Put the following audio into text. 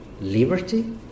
liberty